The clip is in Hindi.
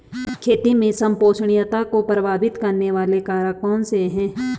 खेती में संपोषणीयता को प्रभावित करने वाले कारक कौन से हैं?